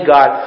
God